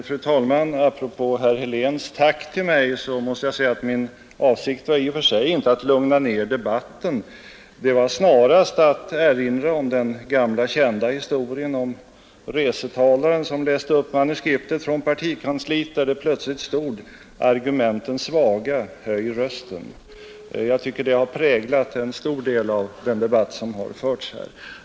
Fru talman! Apropå herr Heléns tack till mig måste jag säga att min avsikt i och för sig inte var att lugna ner debatten. Den var snarast att erinra om den gamla kända historien om resetalaren som läste upp manuskriptet från partikansliet där det plötsligt stod:” Argumenten svaga — höj rösten! ” Jag tycker att detta präglat en stor del av den debatt som förts i dag.